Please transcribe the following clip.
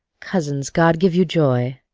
cousins, god give you joy!